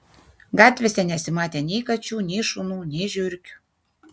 gatvėse nesimatė nei kačių nei šunų nei žiurkių